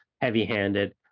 heavy-handed